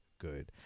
good